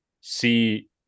See